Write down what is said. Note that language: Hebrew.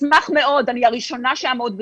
אשמח מאוד אני הראשונה שאעמוד בזה.